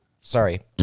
Sorry